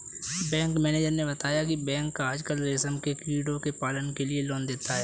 bank manager ने बताया की बैंक आजकल रेशम के कीड़ों के पालन के लिए लोन देता है